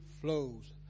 flows